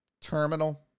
terminal